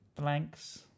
blanks